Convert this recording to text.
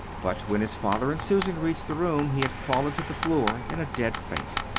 but when his father and susan reached the room he had fallen to the floor in a dead faint.